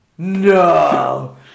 No